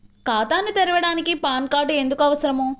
ఖాతాను తెరవడానికి PAN card ఎందుకు అవసరము?